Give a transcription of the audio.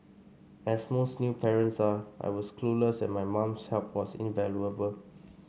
as most new parents are I was clueless and my mum's help was invaluable